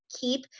keep